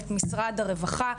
את משרד הרווחה,